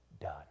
done